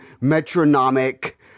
metronomic